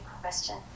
question